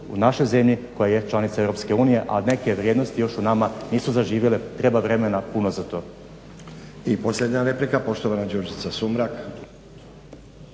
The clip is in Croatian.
u našoj zemlji koja je članica Europske unije a neke vrijednosti još u nama nisu zaživjele, treba vremena puno za to. **Stazić, Nenad (SDP)** I posljednja replika poštovana Đurđica Sumrak.